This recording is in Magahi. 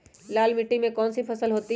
लाल मिट्टी में कौन सी फसल होती हैं?